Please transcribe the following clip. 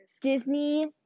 Disney